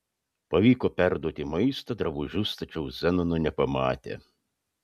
pavyko perduoti maistą drabužius tačiau zenono nepamatė